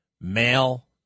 male